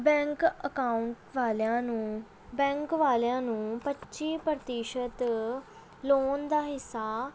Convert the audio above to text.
bank account ਵਾਲਿਆਂ ਨੂੰ bank ਵਾਲਿਆਂ ਨੂੰ ਪੱਚੀ ਪ੍ਰਤੀਸ਼ਤ ਲੋਨ ਦਾ ਹਿੱਸਾ